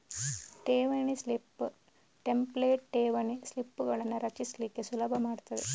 ಠೇವಣಿ slip template ಠೇವಣಿ ಸ್ಲಿಪ್ಪುಗಳನ್ನ ರಚಿಸ್ಲಿಕ್ಕೆ ಸುಲಭ ಮಾಡ್ತದೆ